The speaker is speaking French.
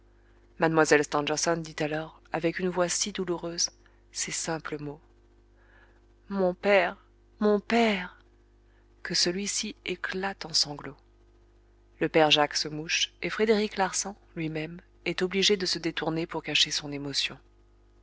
mlle stangerson dit alors avec une voix si douloureuse ces simples mots mon père mon père que celui-ci éclate en sanglots le père jacques se mouche et frédéric larsan lui-même est obligé de se détourner pour cacher son émotion